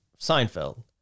Seinfeld